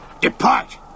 depart